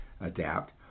adapt